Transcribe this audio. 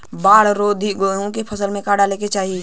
बाढ़ रोधी गेहूँ के फसल में का डाले के चाही?